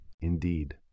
Indeed